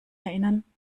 erinnern